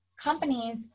companies